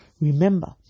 Remember